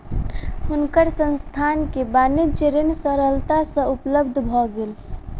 हुनकर संस्थान के वाणिज्य ऋण सरलता सँ उपलब्ध भ गेल